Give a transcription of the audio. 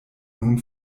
nun